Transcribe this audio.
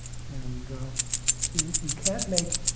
and so you you can't make